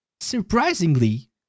Surprisingly